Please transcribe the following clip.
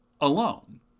alone